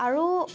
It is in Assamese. আৰু